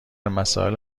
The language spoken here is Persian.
مسائل